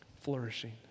flourishing